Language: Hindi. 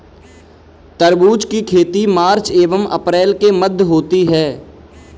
तरबूज की खेती मार्च एंव अप्रैल के मध्य होती है